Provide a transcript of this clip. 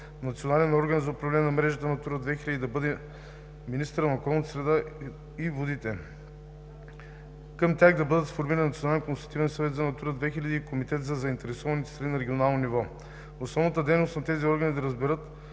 Национален орган за управление на мрежата „Натура 2000“ да бъде министърът на околната среда и водите. Към тях да бъдат сформирани Национален консултативен съвет за „Натура 2000“ и комитети на заинтересованите страни на регионално ниво. Основната дейност на тези органи е да разработят